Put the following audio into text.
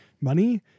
money